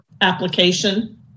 application